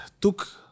took